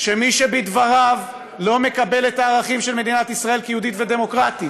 מי שבדבריו לא מקבל את הערכים של מדינת ישראל כיהודית ודמוקרטית,